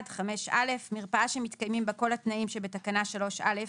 5א. מרפאה שמתקיימים בה כל התנאים שבתקנה 3(א)